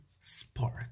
spark